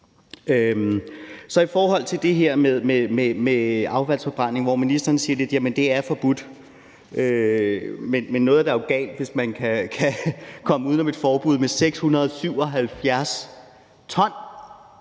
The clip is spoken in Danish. I forhold til det her med affaldsforbrænding, hvor man ligesom siger, at det allerede er forbudt, må jeg sige, at noget jo er galt, hvis nogen kan komme uden om et forbud med 677 t